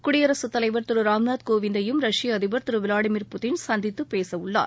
குடியரசுத் தலைவர் திரு ராம்நாத் கோவிந்தையும் ரஷ்ய அதிபர் திரு விளாடிமீர் புட்டின் சந்தித்து பேசவுள்ளார்